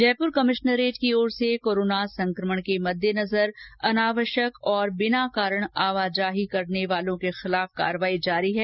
Jaipur commissionerate की ओर से कोरोना संकमण के मददेनजर अनावश्यक और बिना कारण आवाजाही करने वालों के खिलाफ कार्रवाई जारी है